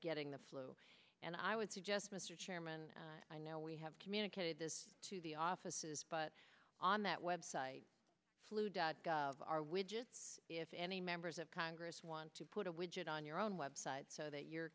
getting the flu and i would suggest mr chairman i know we have communicated this to the offices but on that web site flu dot gov are widgets if any members of congress want to put a widget on your own website so that your